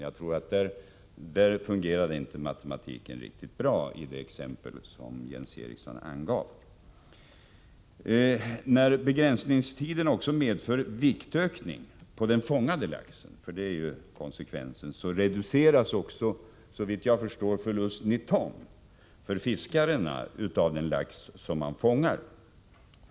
I det exempel som Jens Eriksson angav fungerade inte matematiken riktigt bra. När begränsningstiden även medför viktökning på den fångade laxen — det är ju konsekvensen — reduceras också, såvitt jag förstår, förlusten i ton för fiskarna när det gäller den lax som de fångar.